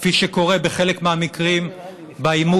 כפי שקורה בחלק מהמקרים באימוץ,